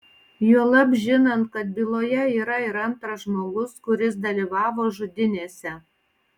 juolab žinant kad byloje yra ir antras žmogus kuris dalyvavo žudynėse